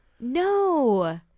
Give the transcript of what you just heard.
No